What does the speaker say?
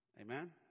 Amen